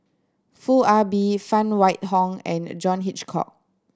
Foo Ah Bee Phan Wait Hong and John Hitchcock